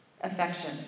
affection